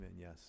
Yes